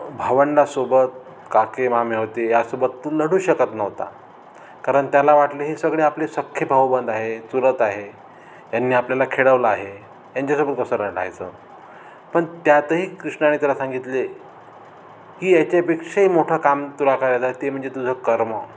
भावंडासोबत काके मामे होते यासोबत तू लढू शकत नव्हता कारण त्याला वाटले हे सगळे आपले सख्खे भाऊबंद आहे चुलत आहे यांनी आपल्याला खेळवलं आहे यांच्यासोबत कसं लढायचं पण त्यातही कृष्णाने त्याला सांगितले की याच्यापेक्षाही मोठं काम तुला करायचं आहे ते म्हणजे तुझं कर्म